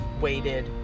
waited